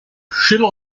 schiller